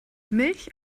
milch